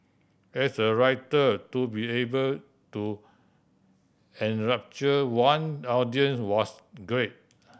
as a writer to be able to enrapture one audience was great